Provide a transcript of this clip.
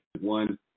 one